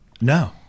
No